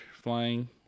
flying